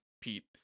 Pete